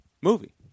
movie